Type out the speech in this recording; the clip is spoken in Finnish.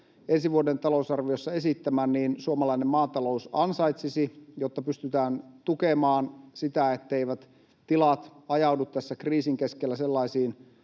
ensi vuoden talousarviossa esittämään suomalainen maata-lous ansaitsisi, jotta pystytään tukemaan sitä, etteivät tilat ajaudu tässä kriisin keskellä sellaisiin